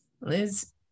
Liz